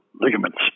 ligaments